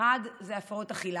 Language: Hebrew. האחד זה הפרעות אכילה,